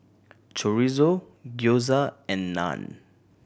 Chorizo Gyoza and Naan